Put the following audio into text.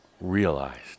Realized